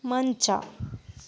ಮಂಚ